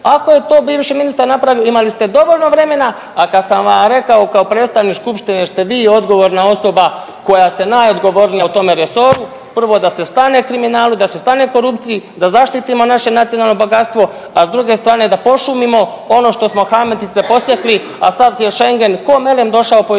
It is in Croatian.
ako je to bivši ministar napravio imali ste dovoljno vremena. A kad sam vam rekao kao predstavnik skupštine ste vi odgovorna osoba koja ste najodgovornija u tom resoru prvo da se stane kriminalu, da se stane korupciji, da zaštitimo naše nacionalno bogatstvo, a s druge strane da pošumimo ono što smo hamatice posjekli, a sad je Schengen ko melem došao pojedincima